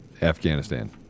afghanistan